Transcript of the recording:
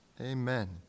Amen